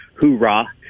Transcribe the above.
hoorah